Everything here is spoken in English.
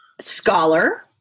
Scholar